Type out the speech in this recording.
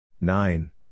Nine